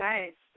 Nice